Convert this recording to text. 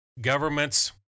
Governments